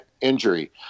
injury